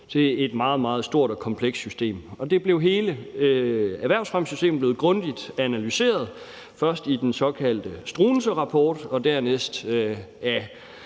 meget, meget stort og komplekst system. Hele erhvervsfremmesystemet blev grundigt analyseret – først i den såkaldte Struenseerapport og dernæst af